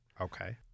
Okay